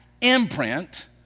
imprint